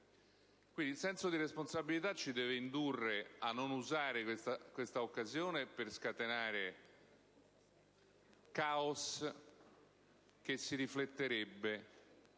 Governo. Il senso di responsabilità ci deve pertanto indurre a non usare questa occasione per scatenare caos, che si rifletterebbe,